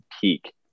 peak